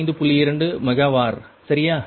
2 mega var சரியா